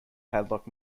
padlock